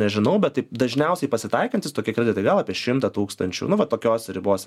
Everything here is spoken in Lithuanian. nežinau bet taip dažniausiai pasitaikantys tokie kreditai gal apie šimtą tūkstančių nu va tokiose ribose